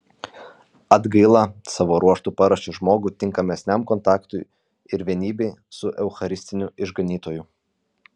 atgaila savo ruožtu paruošia žmogų tinkamesniam kontaktui ir vienybei su eucharistiniu išganytoju